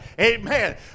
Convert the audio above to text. Amen